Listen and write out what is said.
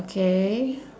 okay